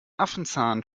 affenzahn